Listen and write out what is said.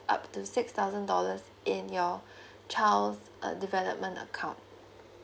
up to six thousand dollars in your child um a development account